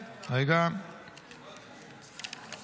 וכו' רגע, לרדת?